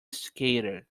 skater